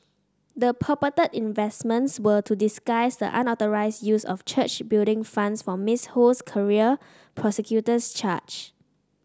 the purported investments were to disguise the unauthorised use of church Building Funds for Miss Ho's career prosecutors charge